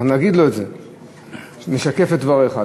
אנחנו נגיד לו את זה, נשקף את דבריך.